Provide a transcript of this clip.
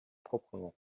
proprement